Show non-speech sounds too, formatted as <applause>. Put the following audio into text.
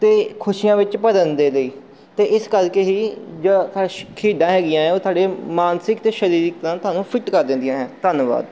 ਅਤੇ ਖੁਸ਼ੀਆਂ ਵਿੱਚ ਭਰਨ ਦੇ ਲਈ ਅਤੇ ਇਸ ਕਰਕੇ ਹੀ ਜੋ <unintelligible> ਖੇਡਾਂ ਹੈਗੀਆਂ ਉਹ ਤੁਹਾਡੇ ਮਾਨਸਿਕ ਅਤੇ ਸਰੀਰਿਕ ਤਰ੍ਹਾਂ ਤੁਹਾਨੂੰ ਫਿਟ ਕਰ ਦਿੰਦੀਆਂ ਹੈ ਧੰਨਵਾਦ